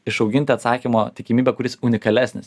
išauginti atsakymo tikimybę kuris unikalesnis